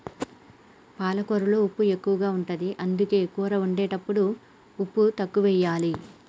పాలకూరలో ఉప్పు ఎక్కువ ఉంటది, అందుకే కూర వండేటప్పుడు ఉప్పు తక్కువెయ్యాలి